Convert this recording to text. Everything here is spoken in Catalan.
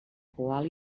poal